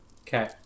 Okay